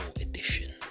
edition